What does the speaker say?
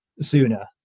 sooner